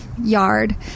yard